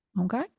Okay